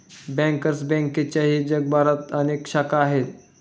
bankers बँकेच्याही जगभरात अनेक शाखा आहेत